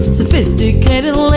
sophisticated